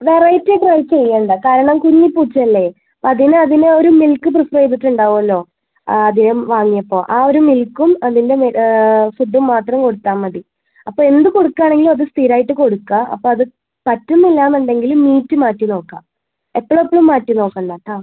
variety try ചെയ്യേണ്ട കാരണം കുഞ്ഞി പൂച്ചയല്ലേ അതിന് അതിനൊരു മിൽക്ക് പ്രിഫെർ ചെയ്തിട്ടുണ്ടാവുമല്ലോ ആ ആദ്യം വാങ്ങിയപ്പോൾ ആ ഒരു മിൽക്കും അതിൻ്റെ ഫുഡ്ഡും മാത്രം കൊടുത്താൽ മതി അപ്പോൾ എന്ത് കൊടുക്കുകയാണെങ്കിലും അത് സ്ഥിരമായിട്ട് കൊടുക്കുക അപ്പോൾ അത് പറ്റുന്നില്ല എന്നുണ്ടെങ്കിൽ മീറ്റ് മാറ്റി നോക്കുക എപ്പോളും എപ്പോളും മാറ്റി നോക്കേണ്ട കേട്ടോ